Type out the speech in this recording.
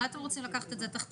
אולי אתם רוצים לקחת את זה תחתיכם?